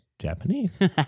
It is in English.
Japanese